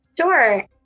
Sure